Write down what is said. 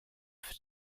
für